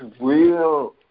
real